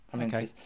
Okay